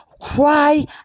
Cry